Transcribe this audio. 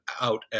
out